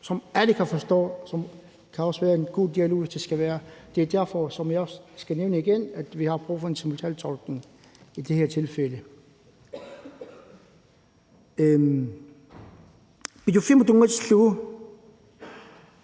som alle kan forstå, så vi kan få en god dialog, hvis det skal være. Det er derfor, som jeg også skal nævne igen, at vi har brug for en simultantolkning i det her tilfælde.